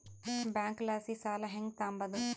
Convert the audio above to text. ಬ್ಯಾಂಕಲಾಸಿ ಸಾಲ ಹೆಂಗ್ ತಾಂಬದು?